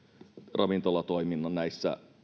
ravintolatoiminnan näissä